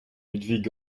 ludvig